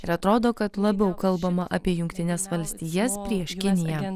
ir atrodo kad labiau kalbama apie jungtines valstijas prieš kiniją